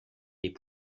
des